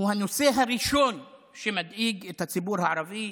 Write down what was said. הנושא הראשון שמדאיג את הציבור הערבי,